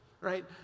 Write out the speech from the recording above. right